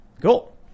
Cool